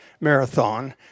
marathon